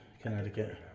Connecticut